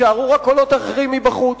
יישארו רק קולות אחרים מבחוץ.